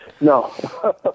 No